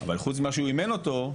אבל חוץ ממה שהוא אימן אותו,